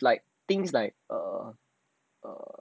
like things like err err